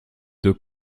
deux